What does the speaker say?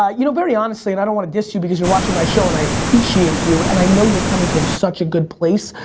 ah you know, very honestly, and i don't want to diss you, because you're watching my show and i appreciate you and i know you're coming from such a good place,